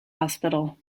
hospital